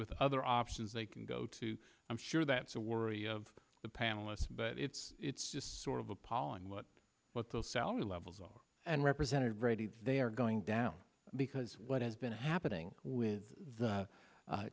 with other options they can go to i'm sure that's a worry of the panelists but it's it's just sort of appalling what what those salary levels are and represented they are going down because what has been happening with the